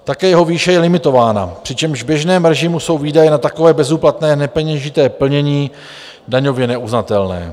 Také jeho výše je limitována, přičemž v běžném režimu jsou výdaje na takové bezúplatné nepeněžité plnění daňově neuznatelné.